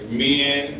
men